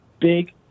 big